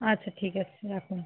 আচ্ছা ঠিক আছে রাখুন